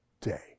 day